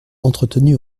entretenue